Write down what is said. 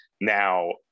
Now